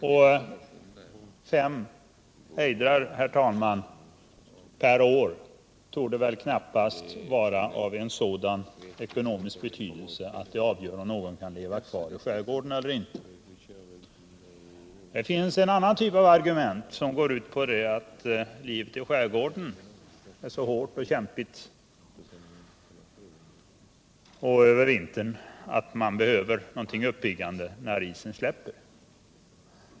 Och fem ejdrar på ett år, herr talman, torde knappast vara av en sådan ekonomisk betydelse att det avgör om någon kan leva kvar i skärgården eller inte. Det finns en annan typ av argument som går ut på att livet i skärgården är så hårt och kämpigt över vintern att man behöver något uppiggande när isen släpper.